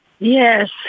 Yes